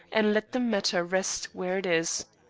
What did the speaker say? and let the matter rest where it is.